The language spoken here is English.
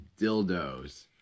Dildos